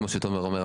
כמו שתומר אומר.